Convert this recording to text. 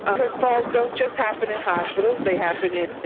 ah because falls don't just happen in hospitals, they happen in